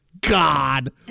God